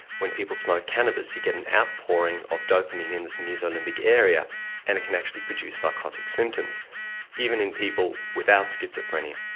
when people smoke cannabis you get an outpouring of dopamine in this mesolimbic area and it can actually produce psychotic symptoms even in people without schizophrenia,